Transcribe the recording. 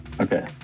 Okay